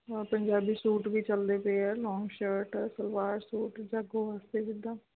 ਨਾਲ ਪੰਜਾਬੀ ਸੂਟ ਵੀ ਚੱਲਦੇ ਪਏ ਹੈ ਲੌਂਗ ਸ਼ਰਟ ਸਲਵਾਰ ਸੂਟ ਜਾਗੋ ਵਾਸਤੇ ਜਿੱਦਾਂ